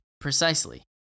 Precisely